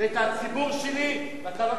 ממשלת נתניהו פוגעת במשרתים ובשוויון בנטל,